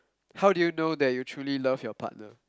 how do you know that you truly love your partner